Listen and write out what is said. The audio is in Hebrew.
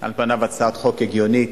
על פניה הצעת חוק הגיונית,